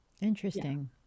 Interesting